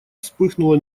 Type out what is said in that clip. вспыхнуло